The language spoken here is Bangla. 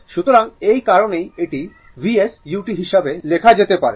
সুতরাং এই কারণেই এটি Vs u হিসাবে লেখা হয়েছে